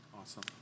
awesome